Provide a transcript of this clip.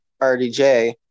RDJ